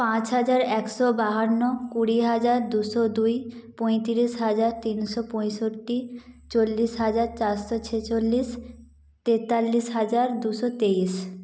পাঁচ হাজার একশো বাহান্ন কুড়ি হাজার দুশো দুই পঁয়তিরিশ হাজার তিনশো পঁয়ষট্টি চল্লিশ হাজার চারশো ছেচল্লিশ তেতাল্লিশ হাজার দুশো তেইশ